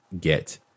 get